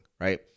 right